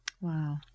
Wow